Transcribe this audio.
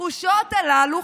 התחושות הללו,